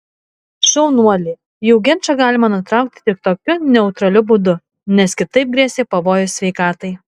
šaunuolė jų ginčą galima nutraukti tik tokiu neutraliu būdu nes kitaip grėsė pavojus sveikatai